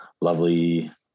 lovely